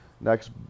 next